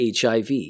HIV